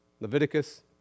Leviticus